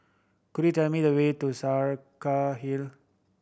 could you tell me the way to Saraca Hill